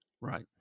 Right